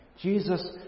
Jesus